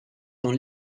dans